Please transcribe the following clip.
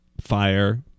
fire